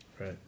right